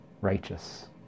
righteous